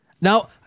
Now